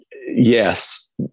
yes